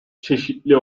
çeşitli